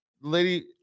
Lady